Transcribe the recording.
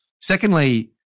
Secondly